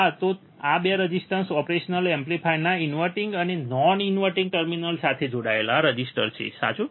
હા તો આ 2 રેઝિસ્ટર ઓપરેશનલ એમ્પ્લીફાયરના ઇન્વર્ટીંગ અને નોન ઇન્વર્ટીંગ ટર્મિનલ સાથે જોડાયેલ રેઝિસ્ટર છે સાચું